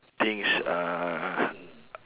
things uh